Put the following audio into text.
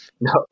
No